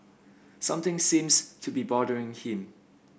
something seems to be bothering him